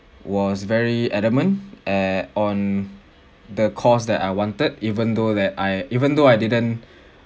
was very adamant eh on the course that I wanted even though that I even though I didn't